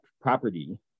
property